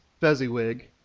Fezziwig